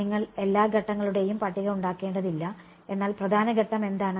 നിങ്ങൾ എല്ലാ ഘട്ടങ്ങളുടെയും പട്ടിക ഉണ്ടാക്കേണ്ടതില്ല എന്നാൽ പ്രധാന ഘട്ടം എന്താണ്